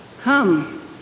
come